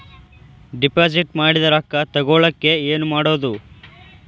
Deposit ಮಾಡಿದ ರೊಕ್ಕ ತಗೋಳಕ್ಕೆ ಏನು ಮಾಡೋದು?